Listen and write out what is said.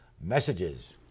messages